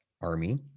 army